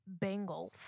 Bengals